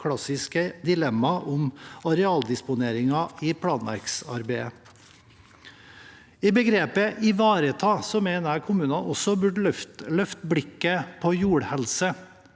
klassiske dilemma om arealdisponeringen i planverksarbeidet. I begrepet «ivareta» mener jeg kommunene også burde løfte blikket på jordhelse.